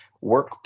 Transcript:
Work